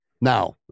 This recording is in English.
Now